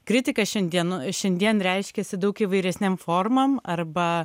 kritika šiandien šiandien reiškiasi daug įvairesnėm formom arba